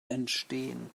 entstehen